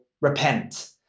repent